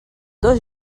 dos